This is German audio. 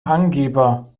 angeber